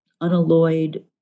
unalloyed